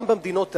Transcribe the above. גם במדינות האלה,